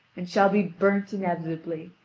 and shall be burnt inevitably,